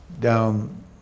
down